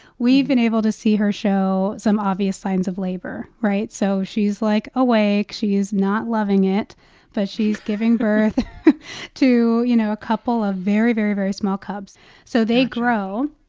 we've been able to see her show some obvious signs of labor. right? so she's, like, awake. she is not loving it but she's giving birth to, you know, ah couple of very, very, very small cubs gotcha so they grow,